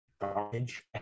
garbage